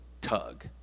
tug